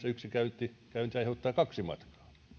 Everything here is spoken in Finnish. yksi käynti aiheuttaa kaksi matkaa